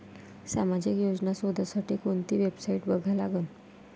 सामाजिक योजना शोधासाठी कोंती वेबसाईट बघा लागन?